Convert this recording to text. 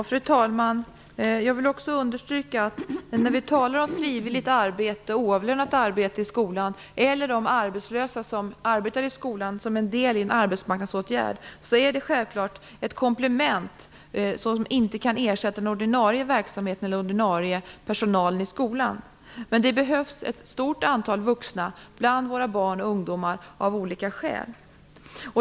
Fru talman! Jag vill också understryka att när vi talar om frivilligt och oavlönat arbete i skolan eller om arbetslösa som arbetar i skolan som en del i en arbetsmarknadsåtgärd är detta självklart ett komplement, som inte kan ersätta den ordinarie verksamheten eller den ordinarie personalen i skolan. Det behövs ett stort antal vuxna bland våra barn och ungdomar av olika skäl.